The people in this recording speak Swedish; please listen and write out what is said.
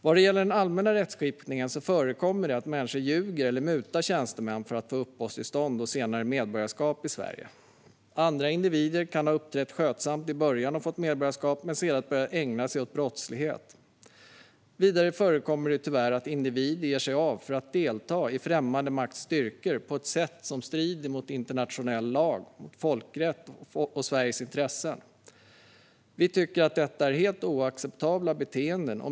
Vad gäller den allmänna rättskipningen förekommer det att människor ljuger eller mutar tjänstemän för att få uppehållstillstånd och senare medborgarskap i Sverige. Andra individer kan ha uppträtt skötsamt i början och fått medborgarskap men sedan börjat ägna sig åt brottslighet. Vidare förekommer det tyvärr att individer ger sig av för att delta i främmande makts styrkor på ett sätt som strider mot internationell lag, folkrätt och Sveriges intressen. Vi tycker att detta är helt oacceptabla beteenden.